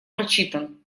прочитан